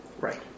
Right